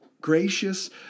gracious